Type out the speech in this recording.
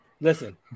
Listen